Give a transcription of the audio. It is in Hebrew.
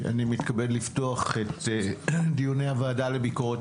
אני מתכבד לפתוח את דיוני הוועדה לענייני ביקורת